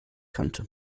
kannte